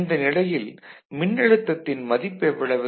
இந்த நிலையில் மின்னழுத்தத்தின் மதிப்பு எவ்வளவு